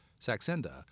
Saxenda